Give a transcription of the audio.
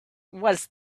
was